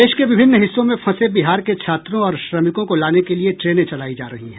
देश के विभिन्न हिस्सों में फंसे बिहार के छात्रों और श्रमिकों को लाने के लिए ट्रेनें चलायी जा रही हैं